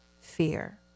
fear